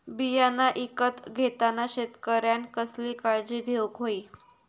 बियाणा ईकत घेताना शेतकऱ्यानं कसली काळजी घेऊक होई?